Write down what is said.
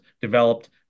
developed